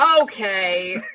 Okay